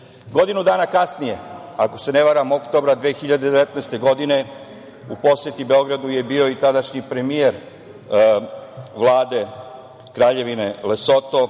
noti. Godinu dana kasnije, ako se ne varam oktobra 2019. godine, u posetu Beogradu je bio i tadašnji premijer Vlade Kraljevine Lesoto